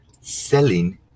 Selling